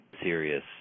Serious